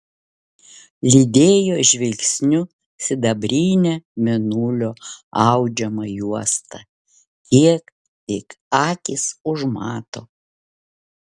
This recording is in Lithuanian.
lydėjo žvilgsniu sidabrinę mėnulio audžiamą juostą kiek tik akys užmato